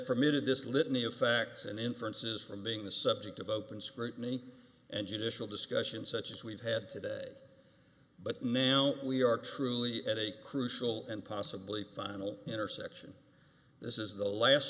permitted this litany of facts and inferences from being the subject of open scrutiny and judicial discussion such as we've had today but now we are truly at a crucial and possibly final intersection this is the last